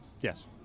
Yes